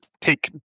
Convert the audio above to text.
take